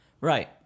Right